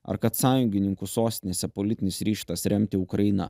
ar kad sąjungininkų sostinėse politinis ryžtas remti ukrainą